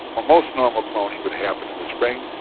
ah most normal cloning would happen in the spring,